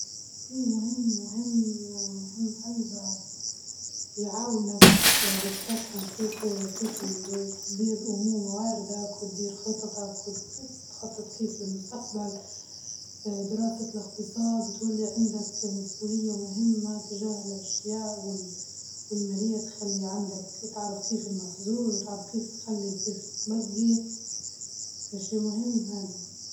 دراسة الإقتصاد والمالية مفيدة، لإنها بتساعدنا نفهمو كيف اه تمشي الأمور في العالم، سواء كانت في مجال العمل، أو حتى في حياتنا الشخصية، لازم نكون واعيين كيف نديرو المال.